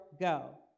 go